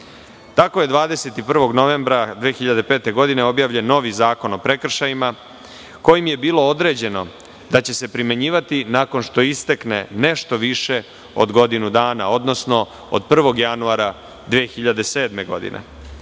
je 21. novembra 2005. godine objavljen novi Zakon o prekršajima kojim je bilo određeno da će se primenjivati nakon što istekne nešto više od godinu dana, odnosno od 01. januara 2007. godine,